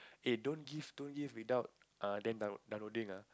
eh they don't give don't give without err them down~ downloading ah